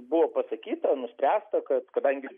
buvo pasakyta nuspręsta kad kadangi